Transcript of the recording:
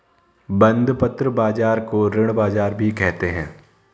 बंधपत्र बाज़ार को ऋण बाज़ार भी कहते हैं